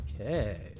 Okay